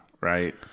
Right